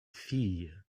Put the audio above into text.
filles